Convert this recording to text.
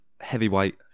heavyweight